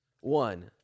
One